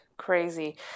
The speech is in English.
crazy